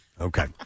Okay